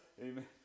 amen